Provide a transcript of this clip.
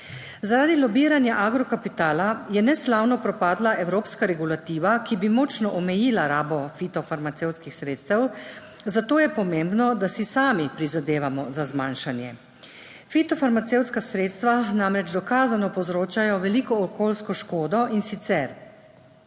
Zaradi lobiranja agrokapitala je neslavno propadla evropska regulativa, ki bi močno omejila rabo fitofarmacevtskih sredstev, zato je pomembno, da si sami prizadevamo za zmanjšanje. Fitofarmacevtska sredstva namreč dokazano povzročajo veliko okoljsko škodo, in sicer